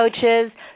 coaches